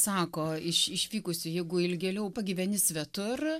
sako iš išvykusių jeigu ilgėliau pagyveni svetur